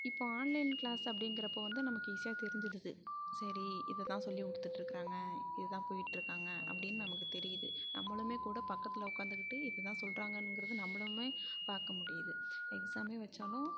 இப்போ online class அப்படிங்கிறப்போ வந்து நமக்கு ஈஸியாக தெரிஞ்சிடுது சரி இதை தான் சொல்லி கொடுத்துட்ருக்குறாங்க இது தான் போயிட்டுருக்காங்க அப்படின்னு நமக்கு தெரியுது நம்மளுமே கூட பக்கத்தில் உட்காந்துக்கிட்டு இதுதான் சொல்லுறாங்கங்கிறது நம்மளுமே பார்க்க முடியுது எக்ஸாமே வச்சாலும்